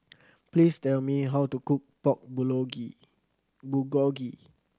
please tell me how to cook Pork Bulgogi